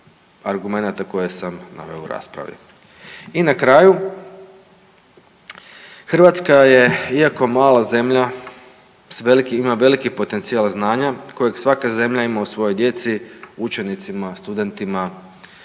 I na kraju, Hrvatska je iako mala zemlja ima veliki potencijal znanja kojeg svaka zemlja ima u svojoj djeci, učenicima, studentima, znanstvenicima.